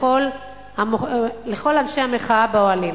לכל אנשי המחאה באוהלים.